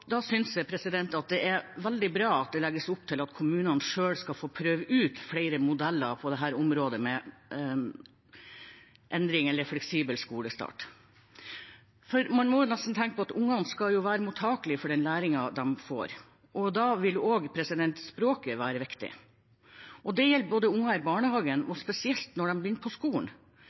det er veldig bra at det legges opp til at kommunene selv skal få prøve ut flere modeller på dette området med fleksibel skolestart. For man må jo tenke på at barna skal være mottakelige for den læringen de får, og da vil også språket være viktig. Det gjelder barn i barnehagen, men spesielt når de skal begynne på skolen.